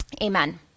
Amen